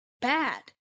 bad